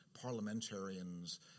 parliamentarians